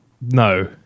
No